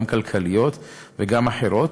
גם כלכליות וגם אחרות,